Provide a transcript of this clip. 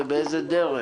ובאיזו דרך?